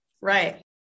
Right